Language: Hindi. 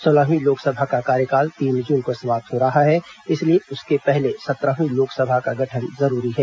सोलहवीं लोकसभा का कार्यकाल तीन जून को समाप्त हो रहा है इसलिए उसके पहले सत्रहवीं लोकसभा का गठन जरूरी है